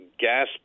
gas